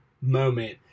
moment